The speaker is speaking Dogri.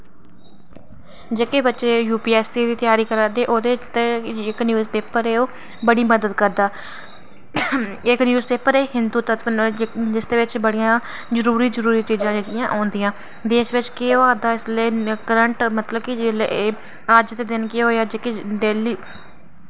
जेह्के बच्चे यूपीएससी दी त्यारी करदे ते ओह्दे तै जेह्ड़ा न्यूज़ पेपर ऐ ओह् बड़ी मदद करदा इक्क न्यूज़ पेपर द हिंदु जिसदे बिच बड़ियां जरूरी जरूरी चीज़ां औंदियां देश बिच केह् होआ दा इसलै मतलब कि करंट कि अज्ज दे दिन केह् होआ जेह्के डेली